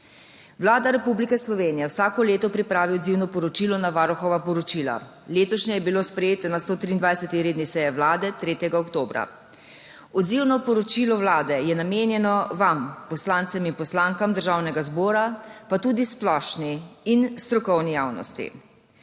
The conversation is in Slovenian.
Vlada Republike Slovenije vsako leto pripravi odzivno poročilo na Varuhova poročila. Letošnje je bilo sprejeto na 123. redni seji Vlade 3. oktobra. Odzivno poročilo Vlade je namenjeno vam poslancem in poslankam Državnega zbora pa tudi splošni in strokovni javnosti.